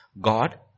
God